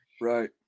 Right